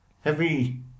Heavy